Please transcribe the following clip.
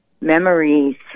memories